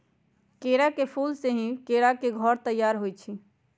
केरा के फूल से ही केरा के घौर तइयार होइ छइ